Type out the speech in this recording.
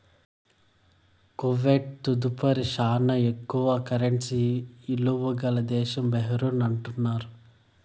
Kuwait తదుపరి శానా ఎక్కువ కరెన్సీ ఇలువ గల దేశం బహ్రెయిన్ అంటున్నారు